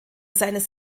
seines